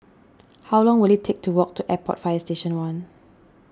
how long will it take to walk to Airport Fire Station one